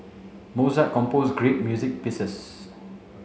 Mozart composed great music pieces